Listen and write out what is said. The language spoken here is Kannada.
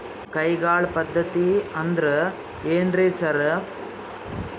ಕೈಗಾಳ್ ಪದ್ಧತಿ ಅಂದ್ರ್ ಏನ್ರಿ ಸರ್?